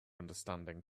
understanding